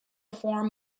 form